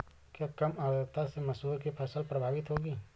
क्या कम आर्द्रता से मसूर की फसल प्रभावित होगी?